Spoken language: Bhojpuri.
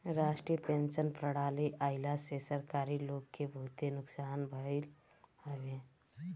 राष्ट्रीय पेंशन प्रणाली आईला से सरकारी लोग के बहुते नुकसान भईल हवे